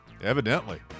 Evidently